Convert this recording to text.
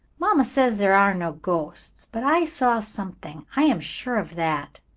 mamma says there are no ghosts. but i saw something i am sure of that.